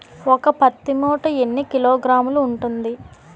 ఒక పత్తి మూట ఎన్ని కిలోగ్రాములు ఉంటుంది?